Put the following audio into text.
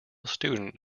student